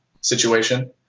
situation